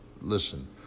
listen